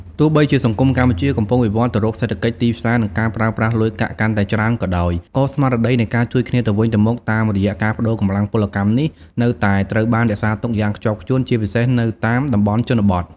ទោះបីជាសង្គមកម្ពុជាកំពុងវិវត្តន៍ទៅរកសេដ្ឋកិច្ចទីផ្សារ និងការប្រើប្រាស់លុយកាក់កាន់តែច្រើនក៏ដោយ ក៏ស្មារតីនៃការជួយគ្នាទៅវិញទៅមកតាមរយៈការប្តូរកម្លាំងពលកម្មនេះនៅតែត្រូវបានរក្សាទុកយ៉ាងខ្ជាប់ខ្ជួន ជាពិសេសនៅតាមតំបន់ជនបទ។